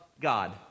god